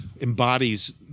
embodies